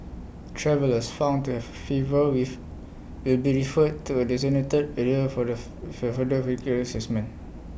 travellers found to have A fever with will be referred to A designated area for the for further recreate Assessment